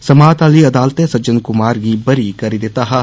समात आली अदालतै सज्जन कुमार गी बरी करी दिता हा